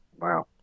wow